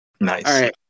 Nice